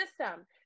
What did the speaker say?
system